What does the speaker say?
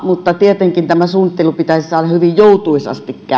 mutta tietenkin tämä suunnittelu pitäisi saada hyvin joutuisasti